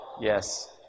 yes